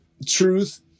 Truth